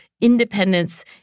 independence